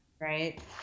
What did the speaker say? Right